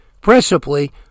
Principally